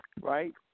right